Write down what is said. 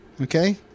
Okay